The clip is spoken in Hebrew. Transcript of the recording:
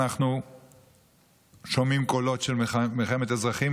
אנחנו שומעים קולות של מלחמת אזרחים,